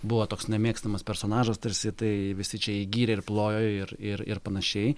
buvo toks nemėgstamas personažas tarsi tai visi čia jį gyrė ir plojo ir ir ir panašiai